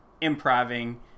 improving